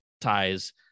ties